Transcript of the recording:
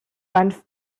went